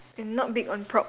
and not big on prop